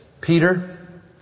Peter